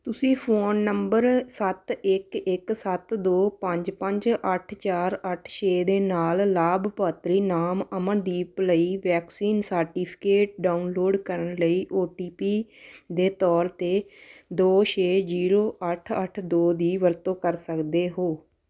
ਤੁਸੀਂ phone number ਸੱਤ ਇੱਕ ਇੱਕ ਸੱਤ ਦੋ ਪੰਜ ਪੰਜ ਅੱਠ ਚਾਰ ਅੱਠ ਛੇ ਦੇ ਨਾਲ ਲਾਭਪਾਤਰੀ ਨਾਮ ਅਮਨਦੀਪ ਲਈ ਵੈਕਸੀਨ ਸਰਟੀਫਿਕੇਟ ਡਾਊਨਲੋਡ ਕਰਨ ਲਈ ਓ ਟੀ ਪੀ ਦੇ ਤੌਰ 'ਤੇ ਦੋ ਛੇ ਜੀਰੋ ਅੱਠ ਅੱਠ ਦੋ ਦੀ ਵਰਤੋਂ ਕਰ ਸਕਦੇ ਹੋ